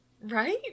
Right